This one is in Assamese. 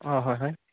অঁ হয় হয়